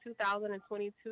2022